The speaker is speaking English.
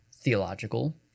theological